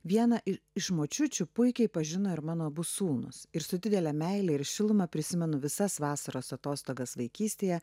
viena iš močiučių puikiai pažino ir mano abu sūnūs ir su didele meile ir šiluma prisimenu visas vasaros atostogas vaikystėje